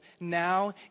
now